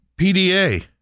PDA